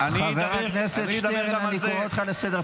אני אדבר גם על זה.